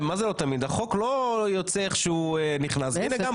מה זה לא תמיד החוק לא יוצא איך שהוא נכנס הנה גם פה,